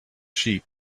sheep